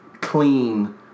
clean